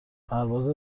پرواز